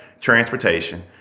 transportation